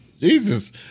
Jesus